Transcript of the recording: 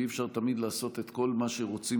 ואי-אפשר לעשות תמיד את כל מה שרוצים